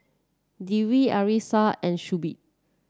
Dwi Arissa and Shuib